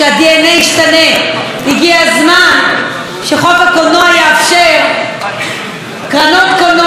הגיע הזמן שחוק הקולנוע יאפשר קרנות קולנוע למגזר חרדי,